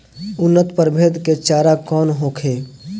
उन्नत प्रभेद के चारा कौन होखे?